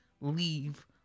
leave